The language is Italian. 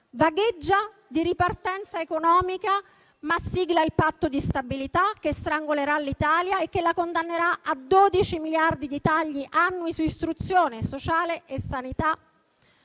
Vagheggia di ripartenza economica, ma sigla il Patto di stabilità che strangolerà l'Italia e che la condannerà a 12 miliardi di tagli annui su istruzione, sociale e sanità.